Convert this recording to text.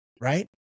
Right